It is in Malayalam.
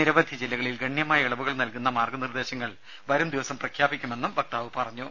നിരവധി ജില്ലകളിൽ ഗണ്യമായ ഇളവുകൾ നൽകുന്ന മാർഗ്ഗ നിർദേശങ്ങൾ വരും ദിവസം പ്രഖ്യാപിക്കുമെന്നും വക്താവ് പറഞ്ഞു